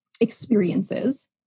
experiences